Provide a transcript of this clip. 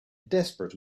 desperate